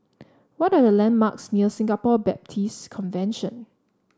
what are the landmarks near Singapore Baptist Convention